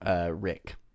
Rick